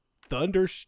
thunder